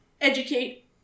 educate